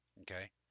Okay